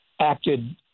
acted